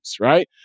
right